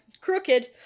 crooked